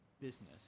business